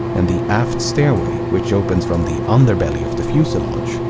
and the aft stairway, which opens from the underbelly of the fuselage,